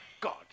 God